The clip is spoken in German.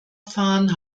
fahren